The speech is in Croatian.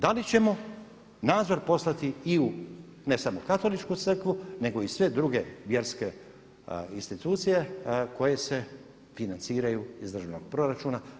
Da li ćemo nadzor poslati i u ne samo Katoličku crkvu nego i sve druge vjerske institucije koje se financiraju iz državnog proračuna.